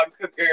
cooker